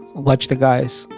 watch the guys,